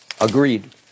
Agreed